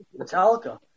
Metallica